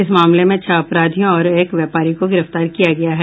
इस मामले में छह अपराधियों और एक व्यापारी को गिरफ्तार किया गया है